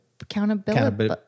Accountability